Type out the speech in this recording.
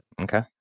Okay